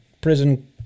prison